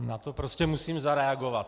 Na to prostě musím zareagovat.